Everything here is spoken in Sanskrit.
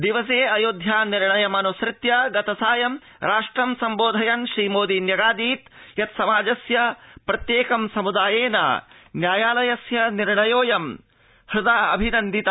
पिवसे अयोध्या निर्णयमन्सृत्य गतसायं राष्ट्रं सम्बोधयन् श्रीमोधी न्यगाधीत् यत् समाजस्य प्रत्येकं सम् ायेन न्यायालयस्य निर्णयोऽयं हृ ा अभिनन् त